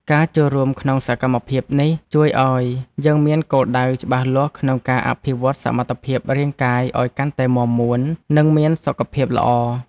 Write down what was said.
ការចូលរួមក្នុងសកម្មភាពនេះ ជួយឱ្យយើងមានគោលដៅច្បាស់លាស់ក្នុងការអភិវឌ្ឍសមត្ថភាពរាងកាយឱ្យកាន់តែមាំមួន និងមានសុខភាពល្អ។